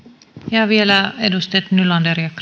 ja vielä edustajat nylander ja